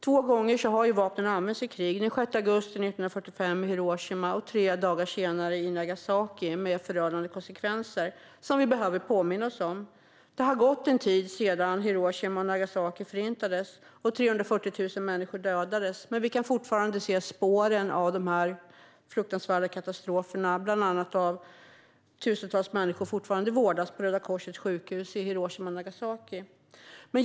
Kärnvapen har använts två gånger i krig, den 6 augusti 1945 i Hiroshima och tre dagar senare i Nagasaki, med förödande konsekvenser som vi behöver påminna oss om. Det har gått en tid sedan Hiroshima och Nagasaki förintades och 340 000 människor dödades. Men vi kan fortfarande se spåren av de fruktansvärda katastroferna, bland annat att tusentals människor fortfarande vårdas på Röda Korsets sjukhus i Hiroshima och Nagasaki.